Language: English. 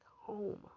home